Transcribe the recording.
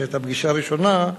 כשהיתה פגישה ראשונה,